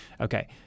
Okay